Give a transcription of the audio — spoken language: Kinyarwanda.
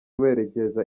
werekeza